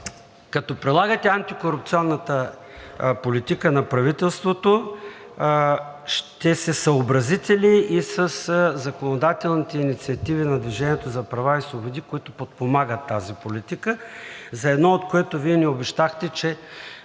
като прилагате антикорупционната политика на правителството, ще се съобразите ли със законодателните инициативи на „Движение за права и свободи“, които подпомагат тази политика, за една от които Вие ни обещахте, че